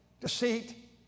deceit